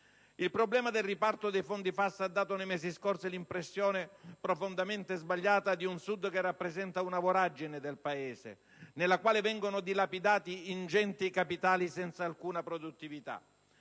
Il problema del riparto dei fondi FAS ha dato nei mesi scorsi l'impressione, profondamente sbagliata, di un Sud che rappresenta una "voragine" del Paese, nella quale vengono dilapidati ingenti capitali senza alcuna produttività.